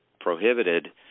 prohibited